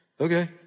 okay